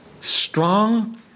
strong